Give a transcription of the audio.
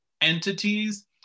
entities